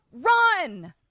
run